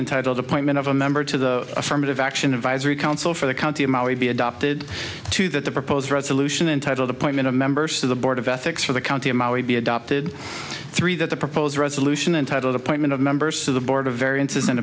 intitled appointment of a member to the affirmative action advisory council for the county of maui be adopted to that the proposed resolution entitled appointment of members to the board of ethics for the county and i would be adopted three that the proposed resolution entitle appointment of members to the board of variances